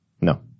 No